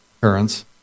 parents